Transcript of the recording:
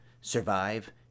survive